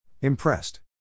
Impressed